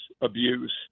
abuse